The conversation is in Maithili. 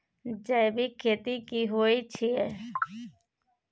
जैविक खेती की होए छै?